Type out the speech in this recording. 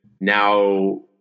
now